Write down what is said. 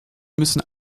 müssen